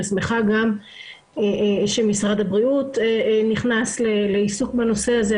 ושמחה גם שמשרד הבריאות נכנס לעסוק בנושא הזה.